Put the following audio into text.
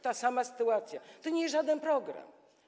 Ta sama sytuacja: to nie jest żaden program.